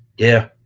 yeah